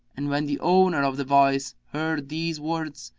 and when the owner of the voice heard these words,